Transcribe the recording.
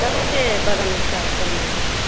کب سے بدن اس کا گرم ہو گیا ہے